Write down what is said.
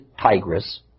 Tigris